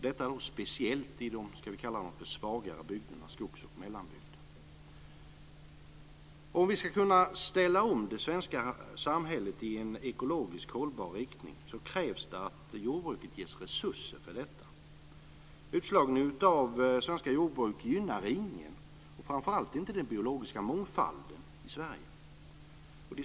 Detta gäller speciellt i de svagare bygderna, dvs. Om vi ska kunna ställa om det svenska samhället i en ekologiskt hållbar riktning krävs det att jordbruket ges resurser för detta. Utslagningen av svenska jordbruk gynnar ingen och framför allt inte den biologiska mångfalden i Sverige.